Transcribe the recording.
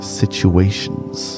situations